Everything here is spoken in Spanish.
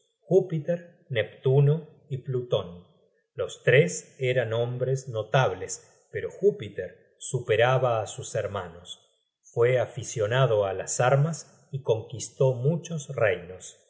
júpiter neptuno y pluton los tres eran hombres notables pero júpiter superaba á sus hermanos fue aficionado á las armas y conquistó muchos reinos